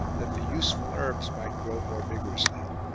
that the useful herbs might grow more vigorously.